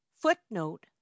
footnote